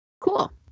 cool